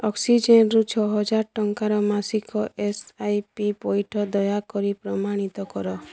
ଅକ୍ସିଜେନ୍ରୁ ଛଅ ହଜାର ଟଙ୍କାର ମାସିକ ଏସ୍ ଆଇ ପି ପଇଠ ଦୟାକରି ପ୍ରମାଣିତ କର